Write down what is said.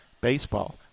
Baseball